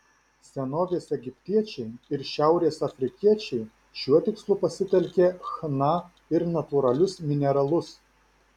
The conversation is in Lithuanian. senovės egiptiečiai ir šiaurės afrikiečiai šiuo tikslu pasitelkė chna ir natūralius mineralus